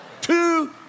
two